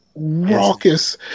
raucous